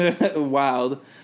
wild